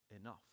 enough